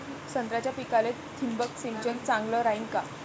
संत्र्याच्या पिकाले थिंबक सिंचन चांगलं रायीन का?